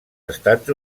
estats